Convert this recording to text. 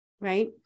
Right